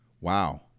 Wow